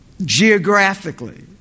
geographically